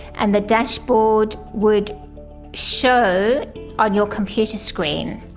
and the dashboard would show on your computer screen,